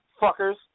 fuckers